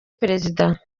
perezida